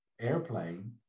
airplane